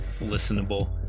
listenable